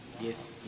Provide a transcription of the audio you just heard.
Yes